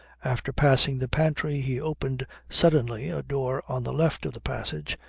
after passing the pantry he opened suddenly a door on the left of the passage,